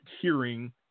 hearing